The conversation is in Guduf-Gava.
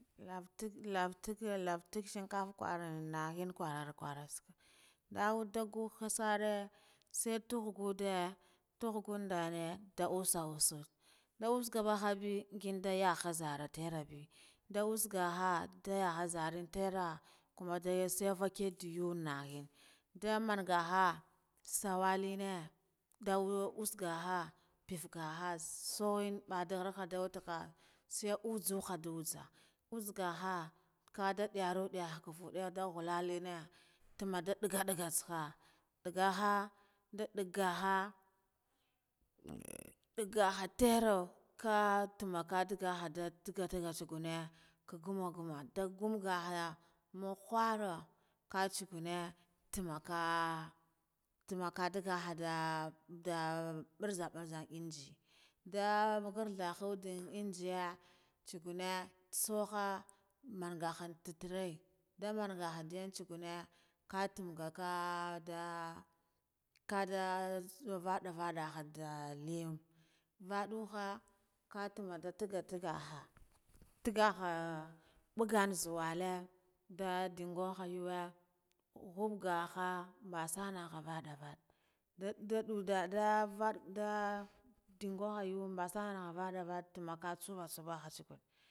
Nlave nlave tagga shenkafa hinkuna da kurra nga wuda gagh sare sai tagh gudde tagh gandane usa use, nda uska ndaha be nginda yahaza zara tera be nda uss guha ndayuha nzoran terra, kuma ndaye sevakan ndiyu nahan ndamangaha suwaline, nda uss gaha pif gahu nsuwen badda ndalha da wetigha, sai uthuha da utha uthgaha kada diyarga diyar fudde nda diya dine tuma da tuma dagga dagga tsaha ndagaha nda daggaba dagaba terru, kah kuma ka daggaha da dagga tagga thugune guma guma guma gaha ma ghurh ka tsangune tuma kah ah tuma kah dagaha kah uddah numm barza barza inji, nda mbagartha in injiya tsugane tsuha mangahan titere nda manga untsugune kah tumgaka kah dah kadah zu vadda vadda banda leun vaduha tuma nda tugga taggaha, tagaha babba gan zu wale da dinguha yuwe happagaha ambasanaba vada vada nda, duda da vad dah din guha yaa ambasa vada vada tuma ka tsama tsama.